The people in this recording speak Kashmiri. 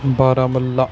باراہموٗلا